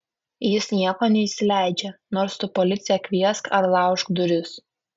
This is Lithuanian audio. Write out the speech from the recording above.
jis nieko neįsileidžia nors tu policiją kviesk ar laužk duris